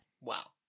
Wow